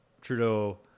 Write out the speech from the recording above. Trudeau